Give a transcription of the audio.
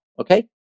okay